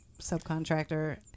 subcontractor